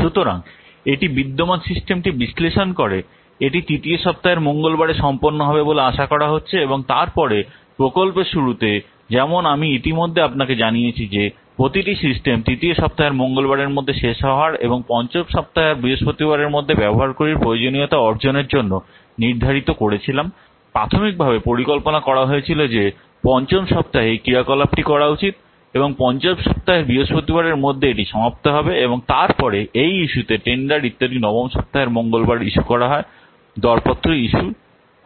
সুতরাং এটি বিদ্যমান সিস্টেমটি বিশ্লেষণ করে এটি তৃতীয় সপ্তাহের মঙ্গলবারে সম্পন্ন হবে বলে আশা করা হচ্ছে এবং তারপরে প্রকল্পের শুরুতে যেমন আমি ইতিমধ্যে আপনাকে জানিয়েছি যে প্রতিটি সিস্টেম তৃতীয় সপ্তাহের মঙ্গলবারএর মধ্যে শেষ হওয়ার এবং পঞ্চম সপ্তাহের বৃহস্পতিবারের মধ্যে ব্যবহারকারীর প্রয়োজনীয়তা অর্জনের জন্য নির্ধারিত করেছিলাম প্রাথমিকভাবে পরিকল্পনা করা হয়েছিল যে পঞ্চম সপ্তাহে এই ক্রিয়াকলাপটি করা উচিত পঞ্চম সপ্তাহের বৃহস্পতিবারের মধ্যে এটি সমাপ্ত হবে এবং তারপরে এই ইস্যুতে টেন্ডার ইত্যাদি নবম সপ্তাহের মঙ্গলবার ইস্যু করা হয় দরপত্র ইস্যু